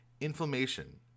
inflammation